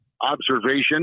observation